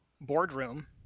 boardroom